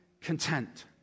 content